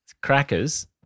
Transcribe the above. Crackers